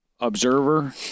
Observer